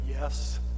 yes